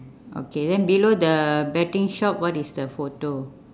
okay then below the betting shop what is the photo